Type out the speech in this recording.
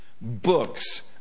books